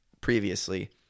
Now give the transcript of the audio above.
previously